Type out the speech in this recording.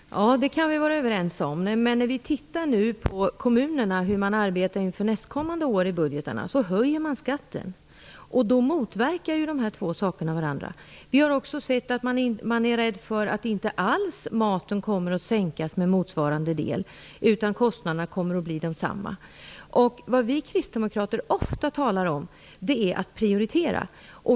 Fru talman! Ja, det kan vi vara överens om. Men när vi tittar på hur kommunerna nu arbetar med budgetarna inför nästkommande år, ser vi att man höjer skatterna. Dessa två saker motverkar varandra. Vi har också sett att man är rädd för att matpriserna inte alls kommer att sänkas på ett motsvarande sätt, utan att kostnaderna kommer att bli desamma. Vad vi kristdemokrater ofta talar om är att prioritera.